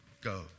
go